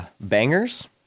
bangers